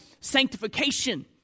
sanctification